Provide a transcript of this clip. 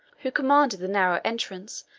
who commanded the narrow entrance,